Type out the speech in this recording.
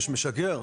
יש משגר.